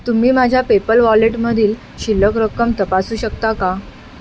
तुम्ही माझ्या पेपल वॉलेटमधील शिल्लक रक्कम तपासू शकता का